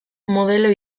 modelo